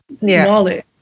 knowledge